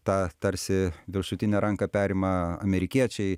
tą tarsi viršutinę ranką perima amerikiečiai